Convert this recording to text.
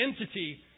entity